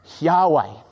Yahweh